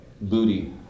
booty